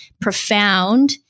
profound